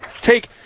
take